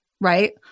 right